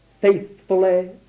faithfully